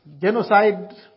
genocide